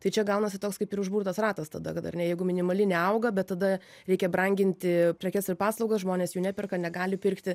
tai čia gaunasi toks kaip ir užburtas ratas tada kad ar ne jeigu minimali neauga bet tada reikia branginti prekes ir paslaugas žmonės jų neperka negali pirkti